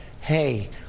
hey